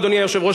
אדוני היושב-ראש,